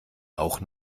auch